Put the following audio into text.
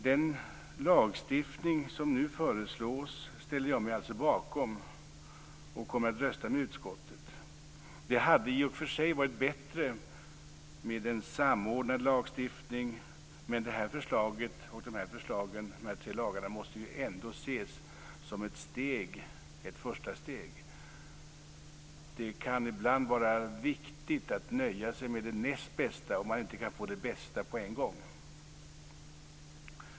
Den lagstiftning som nu föreslås ställer jag mig alltså bakom, och jag kommer att rösta med utskottsmajoriteten. Det hade i och för sig varit bättre med en samordnad lagstiftning, men de här tre lagarna måste ändå ses som ett första steg. Det kan ibland vara viktigt att nöja sig med det näst bästa om man inte kan få det bästa på en gång.